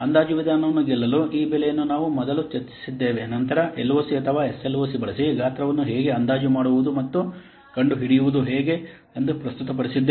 ಅಂದಾಜು ವಿಧಾನವನ್ನು ಗೆಲ್ಲಲು ಈ ಬೆಲೆಯನ್ನು ನಾವು ಮೊದಲು ಚರ್ಚಿಸಿದ್ದೇವೆ ನಂತರ LOC ಅಥವಾ SLOC ಬಳಸಿ ಗಾತ್ರವನ್ನು ಹೇಗೆ ಅಂದಾಜು ಮಾಡುವುದು ಮತ್ತು ಕಂಡುಹಿಡಿಯುವುದು ಹೇಗೆ ಎಂದು ಪ್ರಸ್ತುತಪಡಿಸಿದ್ದೇವೆ